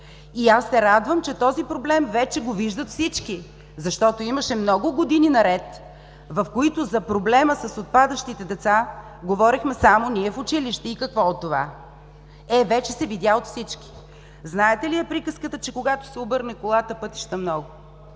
И аз се радвам, че този проблем вече го виждат всички, защото имаше много години наред, в които за проблема с отпадащите деца говорехме само ние в училище. И какво от това?! Е, вече се видя от всички. Знаете ли приказката, че „Когато се обърне колата, пътища много!“?